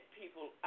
people